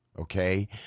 Okay